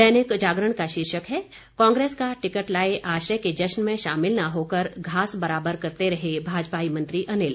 दैनिक जागरण का शीर्षक है कांग्रेस का टिकट लाए आश्रय के जश्न में शामिल न होकर घास बराबर करते रहे भाजपाई मंत्री अनिल